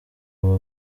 buba